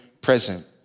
present